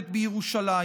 בכנסת: